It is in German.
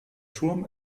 turm